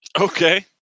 Okay